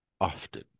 often